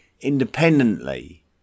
independently